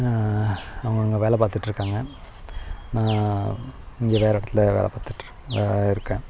அவங்க அங்கே வேலை பார்த்துட்ருக்காங்க நான் இங்கே வேறு இடத்துல வேலை பார்த்துட்ருக் இருக்கேன்